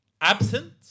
absent